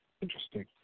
Interesting